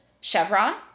chevron